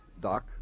Doc